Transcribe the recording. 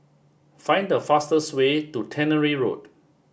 find the fastest way to Tannery Road